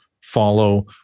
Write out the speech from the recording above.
follow